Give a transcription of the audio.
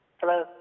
Hello